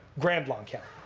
grand long count.